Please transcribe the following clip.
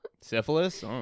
Syphilis